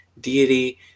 deity